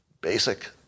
basic